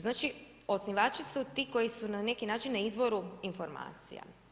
Znači, osnivači su ti koji su na neki način na izvoru informacija.